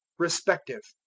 respective.